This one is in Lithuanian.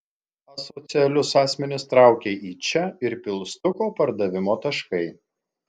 asocialius asmenis traukia į čia ir pilstuko pardavimo taškai